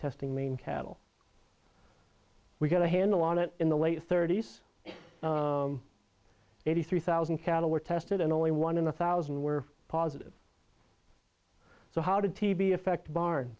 testing main cattle we got a handle on it in the late thirty's eighty three thousand cattle were tested and only one in a thousand were positive so how did tb affect barn